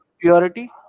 purity